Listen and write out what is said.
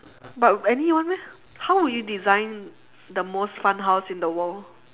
but any one meh how would you design the most fun house in the world